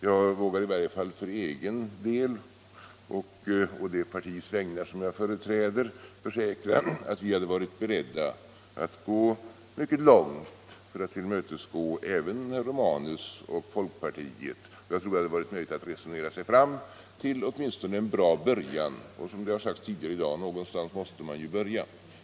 Jag vågar i varje fall för egen del och på det partis vägnar som jag företräder försäkra att vi hade varit beredda att sträcka oss mycket långt för att tillmötesgå även herr Romanus och folkpartiet. Jag tror det hade varit möjligt att resonera sig fram till åtminstone en bra början — och det har sagts tidigare i dag att någonstans måste man börja.